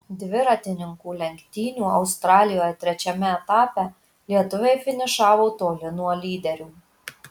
dviratininkų lenktynių austrijoje trečiame etape lietuviai finišavo toli nuo lyderių